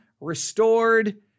restored